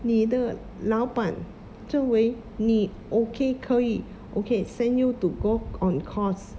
你的老板认为你 okay 可以 okay send you to go on course